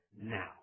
now